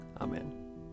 Amen